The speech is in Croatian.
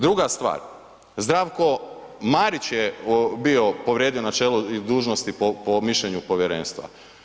Druga stvar, Zdravko Marić je bio povrijedio načelo dužnosti po mišljenju povjerenstva.